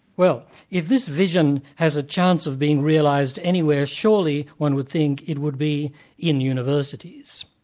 well, if this vision has a chance of being realised anywhere, surely, one would think, it would be in universities.